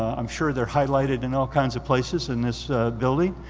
i'm sure they're highlighted in all kinds of places in this building.